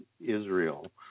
israel